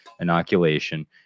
inoculation